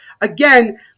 again